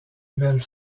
nouvelles